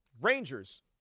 Rangers